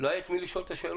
לא היה את מי לשאול את השאלות,